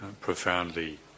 profoundly